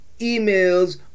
emails